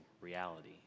reality